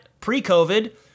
pre-COVID